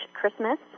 Christmas